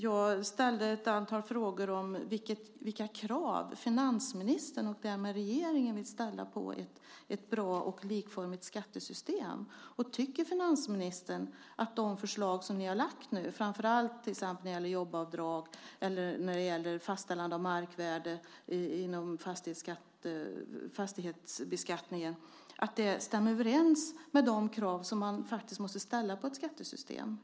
Jag ställde ett antal frågor om vilka krav finansministern och regeringen vill ställa på ett bra och likformigt skattesystem. Tycker finansministern att de förslag som ni har lagt fram, framför allt förslagen om jobbavdrag och fastställande av markvärde inom fastighetsbeskattningen, stämmer överens med de krav som man måste ställa på ett skattesystem?